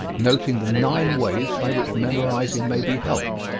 noting the nine ways by which memorizing may be helped.